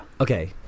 Okay